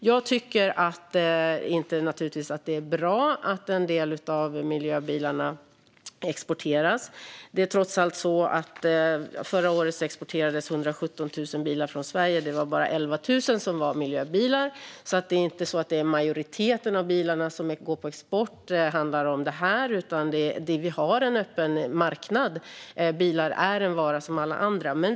Jag tycker naturligtvis inte att det är bra att en del av miljöbilarna exporteras. Men det är trots allt så att 117 000 bilar exporterades från Sverige förra året, och det var bara 11 000 som var miljöbilar. Det är alltså inte majoriteten av bilarna som går på export som är miljöbilar. Vi har en öppen marknad, och bilar är en vara som alla andra.